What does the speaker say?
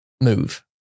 move